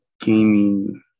gaming